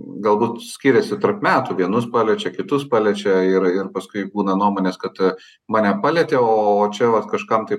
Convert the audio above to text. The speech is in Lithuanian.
galbūt skiriasi tarp metų vienus paliečia kitus paliečia ir ir paskui būna nuomonės kad mane palietė o čia vat kažkam tai